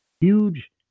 Huge